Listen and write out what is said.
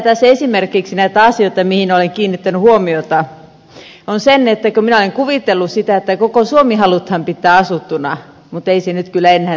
tässä esimerkiksi näitä asioita mihin olen kiinnittänyt huomiota on se että minä olen kuvitellut sitä että koko suomi halutaan pitää asuttuna mutta ei se nyt kyllä enää siltä näytä